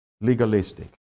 legalistic